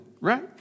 right